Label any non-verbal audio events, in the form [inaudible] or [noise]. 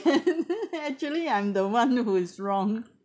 [laughs] actually I'm the one who is wrong